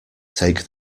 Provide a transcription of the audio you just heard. take